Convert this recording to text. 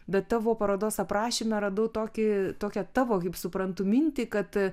bet tavo parodos aprašyme radau tokį tokią tavo kaip suprantu mintį kad